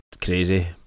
crazy